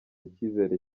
icyizere